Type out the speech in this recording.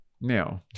now